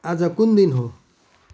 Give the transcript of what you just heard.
आज कुन दिन हो